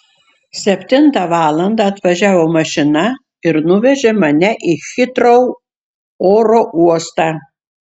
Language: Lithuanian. septintą valandą atvažiavo mašina ir nuvežė mane į hitrou oro uostą